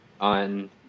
on